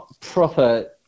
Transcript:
proper